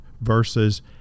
versus